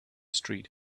street